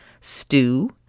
stew